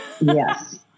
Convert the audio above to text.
Yes